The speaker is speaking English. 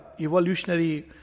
evolutionary